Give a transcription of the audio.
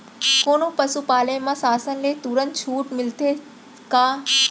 कोनो पसु पाले म शासन ले तुरंत छूट मिलथे का?